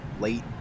late